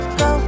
go